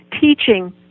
teaching